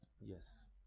Yes